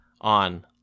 on